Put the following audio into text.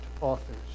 authors